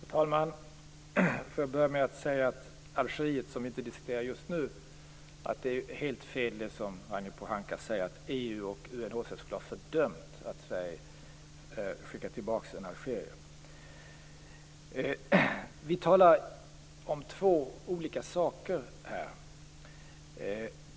Herr talman! Låt mig först ta upp det som Ragnhild Pohanka sade om Algeriet, som vi inte diskuterar just nu. Ragnhild Pohanka säger att EU och UNHCR skulle ha fördömt att Sverige skickar tillbaka en algerier. Det är helt fel. Vi talar här om två olika saker.